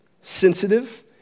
sensitive